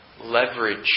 leverage